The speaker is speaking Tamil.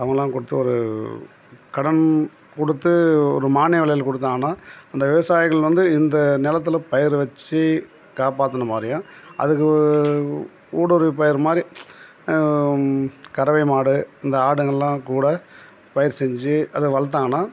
அவங்களாம் கொடுத்து ஒரு கடன் கொடுத்து ஒரு மானிய வெலையில் கொடுத்தாங்கன்னா அந்த விவசாயிகள் வந்து இந்த நிலத்துல பயிர் வெச்சு காப்பாற்றுன மாதிரியும் அதுக்கு ஊடுருவி பயிர் மாதிரி கறவை மாடு இந்த ஆடுங்கெல்லாம் கூட பயிர் செஞ்சு அது வளர்த்தாங்கன்னா